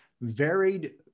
varied